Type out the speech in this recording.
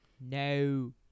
No